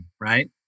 Right